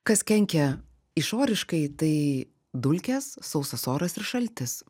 kas kenkia išoriškai tai dulkės sausas oras ir šaltis